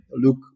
look